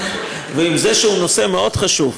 ועם זה שהוא נושא מאוד חשוב,